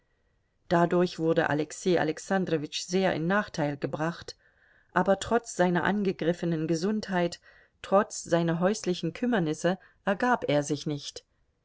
dadurch wurde alexei alexandrowitsch sehr in nachteil gebracht aber trotz seiner angegriffenen gesundheit trotz seiner häuslichen kümmernisse ergab er sich nicht